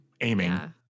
aiming